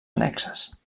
annexes